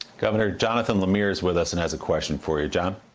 governor jonathan lemire is with us and has a question for you. john.